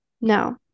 No